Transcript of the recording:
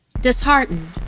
Disheartened